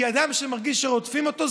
כי אדם שמרגיש שרודפים אותו,